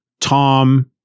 Tom